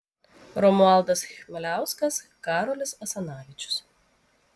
romualdas chmeliauskas karolis asanavičius